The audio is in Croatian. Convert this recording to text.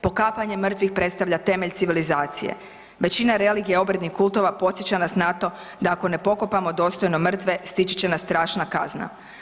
Pokapanje mrtvih predstavlja temelj civilizacije, većina religija obrednih kultova podsjeća nas na to da ako ne pokopamo dostojno mrtve stići će nas strašna kazna.